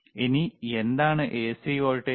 ഇനി എന്താണ് AC voltage